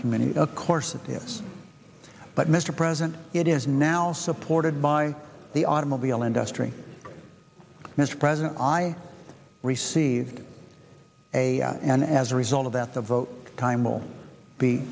community of course of this but mr president it is now supported by the automobile industry mr president i received a and as a result of that the vote time